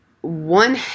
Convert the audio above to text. one